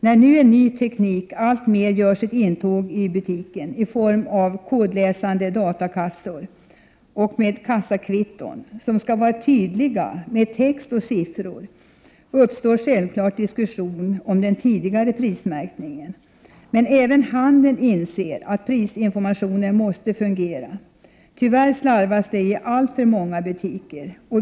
När nu en ny teknik alltmer gör sitt intåg i butiken i form av kodläsande datakassor och kassakvitton som skall vara tydliga med text och siffror, uppstår självfallet diskussion om den tidigare prismärkningen. Men även handeln inser att prisinformationen måste fungera. Tyvärr slarvas det i alltför många butiker.